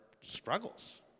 struggles